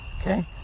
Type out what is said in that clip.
Okay